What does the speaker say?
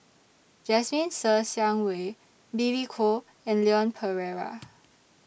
Jasmine Ser Xiang Wei Billy Koh and Leon Perera